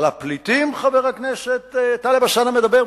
על הפליטים חבר הכנסת טלב אלסאנע מדבר,